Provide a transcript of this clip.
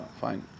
fine